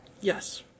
Yes